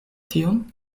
tion